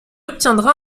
obtiendra